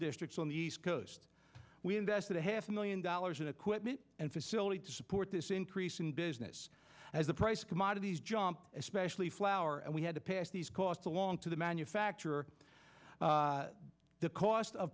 districts on the east coast we invested a half million dollars in equipment and facility to support this increase in business as a price commodities jump especially flour and we had to pass these costs along to the manufacturer the cost of